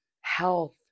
health